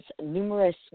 numerous